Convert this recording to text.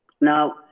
Now